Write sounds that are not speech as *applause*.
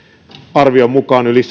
arvion mukaan yli *unintelligible*